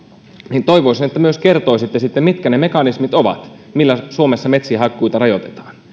niin toivoisin että myöskin kertoisitte sitten mitkä ne mekanismit ovat millä suomessa metsien hakkuita rajoitetaan